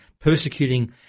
persecuting